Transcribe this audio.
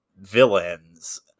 villains